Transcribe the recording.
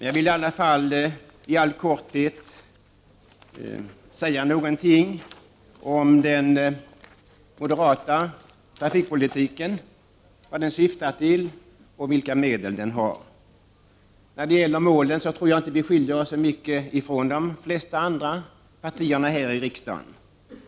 Jag vill i alla fall i all korthet säga något om den moderata trafikpolitiken, vad den syftar till och vilka medel den har. När det gäller målen tror jag inte att moderaterna skiljer sig mycket från de flesta andra partier.